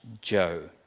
Joe